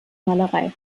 malerei